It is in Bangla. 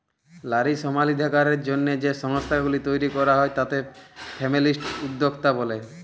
লারী সমালাধিকারের জ্যনহে যে সংস্থাগুলি তৈরি ক্যরা হ্যয় তাতে ফেমিলিস্ট উদ্যক্তা ব্যলে